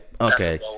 okay